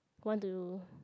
want to